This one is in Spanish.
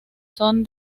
son